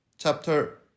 chapter